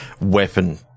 weapon